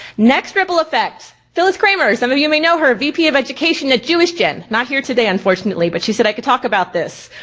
next ripple effect, phyllis kramer, some of you may know her, vp of education at jewishgen. not here today unfortunately, but she said i could talk about this.